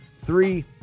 Three